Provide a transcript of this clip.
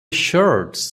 shirts